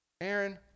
Aaron